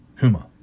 Huma